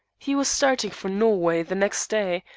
he was starting for norway the next day,